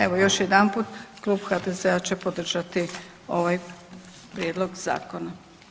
Evo, još jedanput, Klub HDZ-a će podržati ovaj prijedlog Zakona.